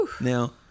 Now